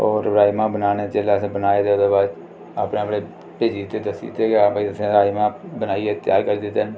होर राजमां बनाने जेल्लै असें बनाए ते ओह्दे बाद अपने अपने भेजी दित्ते दस्सी दित्ते कि हां भई असें राजमां बनाइयै त्यार करी दित्ते न